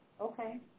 Okay